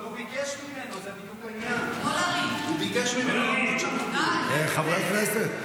הוא ביקש --- לא לריב --- חברי הכנסת.